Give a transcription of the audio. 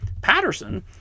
Patterson